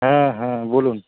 হ্যাঁ হ্যাঁ বলুন